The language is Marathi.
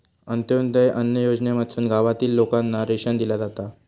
अंत्योदय अन्न योजनेमधसून गावातील लोकांना रेशन दिला जाता